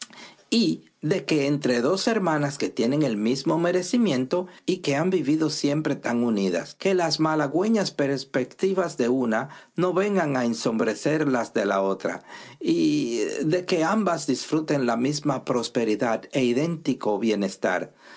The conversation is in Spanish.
y de que entre dos hermanas que tienen el mismo merecimiento y que han vivido siempre tan unidas las halagüeñas perspectivas de una no vengan a ensombrecer las de la otra de que ambas disfruten la misma prosperidad e idéntico bienestar